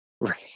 Right